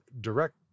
direct